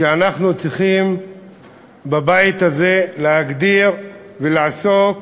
שאנחנו צריכים בבית הזה להגדיר ולעסוק,